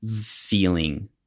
feeling